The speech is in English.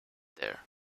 there